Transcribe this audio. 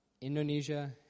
Indonesia